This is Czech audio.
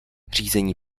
řízení